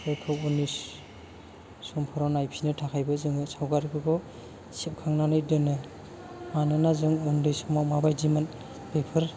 उननि समफोराव नायफिननो थाखायबो जोङो सावगारिखौ सेबखांनानै दोनो मानोना जों उन्दै समाव माबायदिमोन बेफोर